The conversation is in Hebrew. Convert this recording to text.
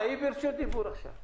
הילה, היא ברשות דיבור עכשיו.